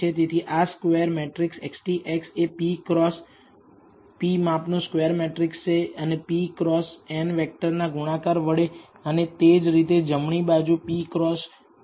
તેથી આ square matrix XTX એ p ક્રોસ p માપ નો સ્ક્વેર મેટ્રિકસ છે અને p ક્રોસ n વેક્ટર ના ગુણાકાર વડે અને તે જ રીતે જમણી બાજુ p ક્રોસ 1 છે